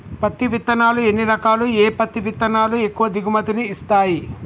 పత్తి విత్తనాలు ఎన్ని రకాలు, ఏ పత్తి విత్తనాలు ఎక్కువ దిగుమతి ని ఇస్తాయి?